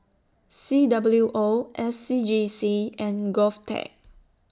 C W O S C G C and Govtech